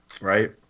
right